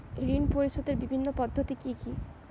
ঋণ পরিশোধের বিভিন্ন পদ্ধতি কি কি?